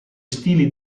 stili